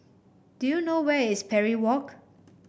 do you know where is Parry Walk